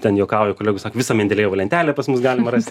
ten juokauja kolegos sako visą mendelejevo lentelę pas mus galima rast